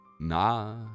nah